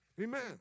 Amen